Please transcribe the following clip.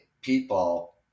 people